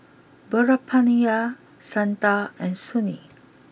Veerapandiya Santha and Sunil